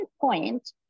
point